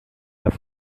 las